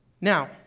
Now